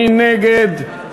מי נגד?